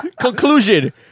Conclusion